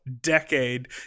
Decade